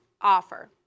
offer